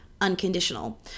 unconditional